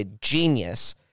genius